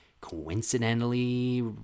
coincidentally